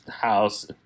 house